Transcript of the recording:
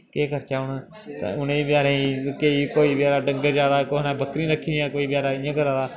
केह् करचै हून उ'नें बचैरें गी केईं कोई बचैरा डंगर चारा दा कुसै नै बक्करियां रक्खी दियां कोई बेचारा इ'यां करा दा